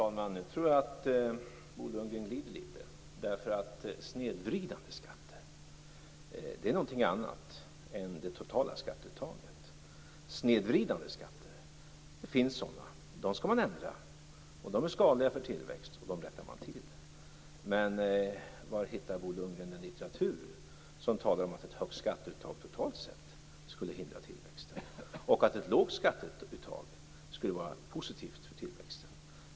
Fru talman! Nu tror jag att Bo Lundgren glider litet därför att snedvridande skatter är någonting annat än det totala skatteuttaget. Snedvridande skatter finns det, och dem skall man ändra. De är skadliga för tillväxt, och dem rättar man till. Men var hittar Bo Lundgren den litteratur som talar om att ett högt skatteuttag totalt sett skulle hindra tillväxten och att ett lågt skatteuttag skulle vara positivt för tillväxten?